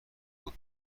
بود